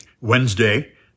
Wednesday